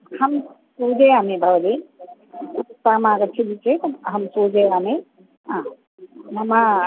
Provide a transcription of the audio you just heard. अहं सूचयामि भवती उत्तमम् आगच्छति चेत् अहं सूचयामि ह मम